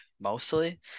mostly